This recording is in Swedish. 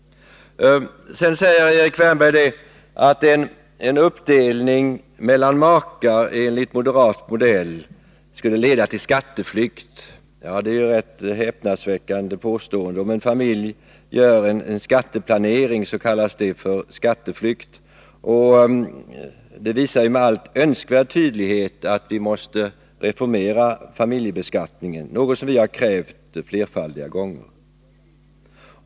Erik Wärnberg säger att en uppdelning mellan makar enligt moderat modell skulle leda till skatteflykt. Det är ett rätt häpnadsväckande påstående. Om en familj gör en skatteplanering kallas det för skatteflykt. Det visar med all önskvärd tydlighet att vi måste reformera familjebeskattningen — något som vi moderater har krävt flertaliga gånger.